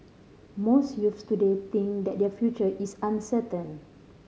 most youths today think that their future is uncertain